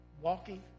walking